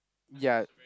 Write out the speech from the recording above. ya